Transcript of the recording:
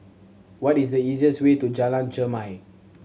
what is the easiest way to Jalan Chermai